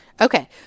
Okay